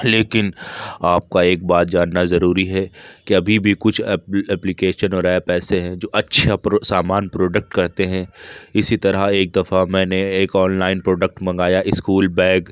لیکن آپ کا ایک بات جاننا ضروری ہے کہ ابھی بھی کچھ اپلیکیشن اور ایپ ایسے ہیں جو اچھا سامان پروڈکٹ کرتے ہیں اسی طرح ایک دفعہ میں نے ایک آن لائن پروڈکٹ منگایا اسکول بیگ